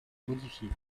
modifié